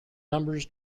numbers